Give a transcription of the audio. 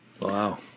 Wow